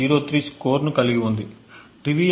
03 స్కోరును కలిగి ఉంది ట్రివియాలిటీకి 0